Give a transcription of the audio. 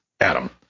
Adam